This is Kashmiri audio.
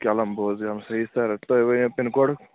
کیلَم بوز یم صحیح سَر تُہۍ ؤنِو پِن کوڈُک